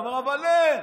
הוא אומר: אבל אין.